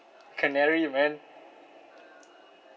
canary man